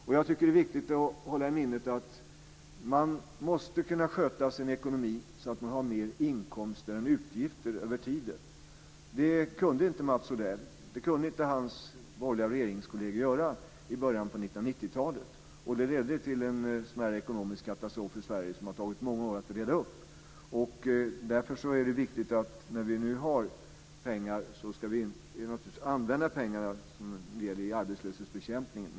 Jag tycker att det är viktigt att hålla i minnet att man måste kunna sköta sin ekonomi så att man har mer inkomster än utgifter över tiden. Det kunde inte Mats Odell och hans borgerliga regeringskollegor göra i början av 1990-talet. Det ledde till en smärre ekonomisk katastrof för Sverige som det har tagit många år att reda upp. Därför är det naturligtvis viktigt att vi när vi nu har pengar använder pengarna som en del i arbetslöshetsbekämpningen.